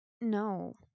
No